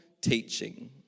teaching